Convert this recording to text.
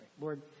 Lord